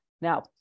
now